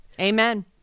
Amen